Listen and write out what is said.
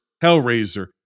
Hellraiser